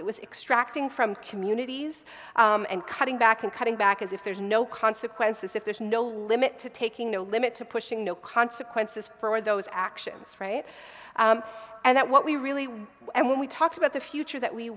it was extracting from communities and cutting back and cutting back as if there's no consequences if there's no limit to taking no limit to pushing no consequences for those actions and that what we really want and when we talked about the future that we